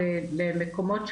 ובפרט למי שמבררים את התלונות.